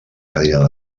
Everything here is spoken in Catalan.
cadira